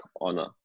honor